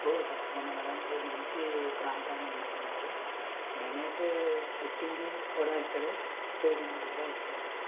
ఓ తప్పకుండా మ్యాడం మీరు మంచి ప్రాంతాన్ని ఎన్నుకున్నారు నేనైతే పుట్టింది కూడా ఇక్కడే పెరిగింది కూడా ఇక్కడే